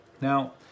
Now